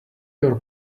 your